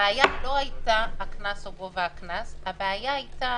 הבעיה לא הייתה גובה הקנס אלא